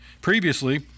Previously